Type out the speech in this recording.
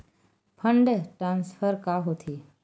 Fund transfer का होथे?